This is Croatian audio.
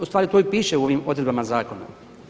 U stvari to i piše u ovim odredbama zakona.